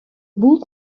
бул